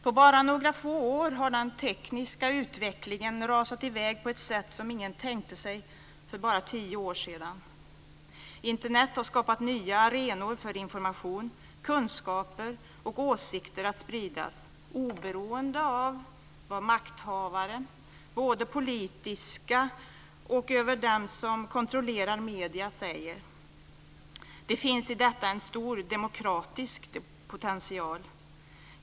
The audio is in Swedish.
På bara några få år har den tekniska utvecklingen rasat i väg på ett sätt som ingen tänkte sig för bara tio år sedan. Internet har skapat nya arenor för information, kunskaper och åsikter att spridas, oberoende av vad makthavare - både politiska makthavare och de som kontrollerar medierna - säger. Det finns i detta en stor demokratisk potential.